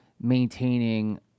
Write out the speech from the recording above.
maintaining